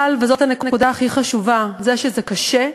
אבל, וזאת הנקודה הכי חשובה, זה שזה קשה,